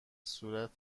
صورت